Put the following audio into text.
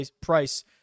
price